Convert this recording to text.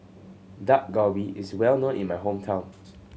Dak Galbi is well known in my hometown